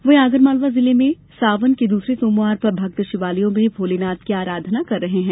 वहीं आगर मालवा जिले में सावन के दूसरे सोमवार पर भक्त शिवालयों में भोलेनाथ की अराधना कर रहे हैं